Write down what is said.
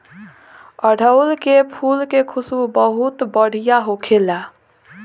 अढ़ऊल के फुल के खुशबू बहुत बढ़िया होखेला